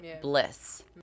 bliss